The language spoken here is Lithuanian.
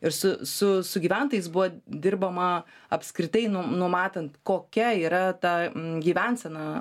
ir su su su gyventojais buvo dirbama apskritai numatant kokia yra ta gyvensena